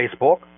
Facebook